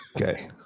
Okay